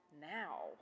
now